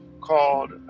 called